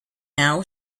now